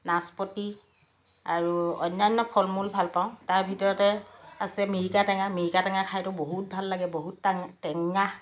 নাচপতি আৰু অন্যান্য ফল মূল ভাল পাওঁ তাৰ ভিতৰতে আছে মিৰিকা টেঙা মিৰিকা টেঙা খাইতো বহুত ভাল লাগে বহুত টা টেঙা